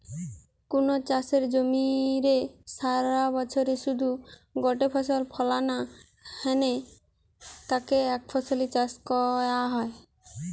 কুনু চাষের জমিরে সারাবছরে শুধু গটে ফসল ফলানা হ্যানে তাকে একফসলি চাষ কয়া হয়